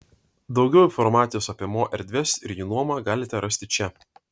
daugiau informacijos apie mo erdves ir jų nuomą galite rasti čia